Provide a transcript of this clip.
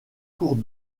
cours